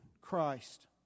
Christ